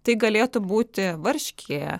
tai galėtų būti varškė